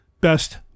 best